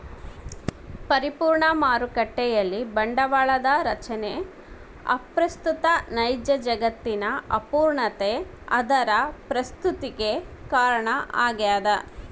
ಪರಿಪೂರ್ಣ ಮಾರುಕಟ್ಟೆಯಲ್ಲಿ ಬಂಡವಾಳದ ರಚನೆ ಅಪ್ರಸ್ತುತ ನೈಜ ಜಗತ್ತಿನ ಅಪೂರ್ಣತೆ ಅದರ ಪ್ರಸ್ತುತತಿಗೆ ಕಾರಣ ಆಗ್ಯದ